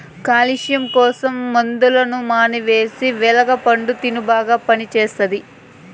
calcium కోసం మందులు మానేసి వెలగ పండు తిను బాగా పనిచేస్తది